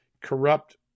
corrupt